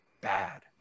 bad